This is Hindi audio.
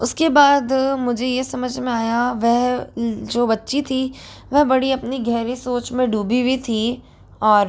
उसके बाद मुझे ये समझ में आया वह जो बच्ची थी वह बड़ी अपनी गहरी सोच में डूबी हुई थी और